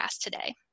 today